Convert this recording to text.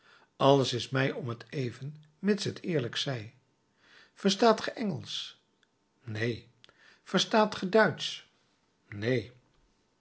alles is mij om t even mits het eerlijk zij verstaat ge engelsch neen verstaat ge duitsch neen